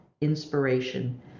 inspiration